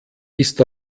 ist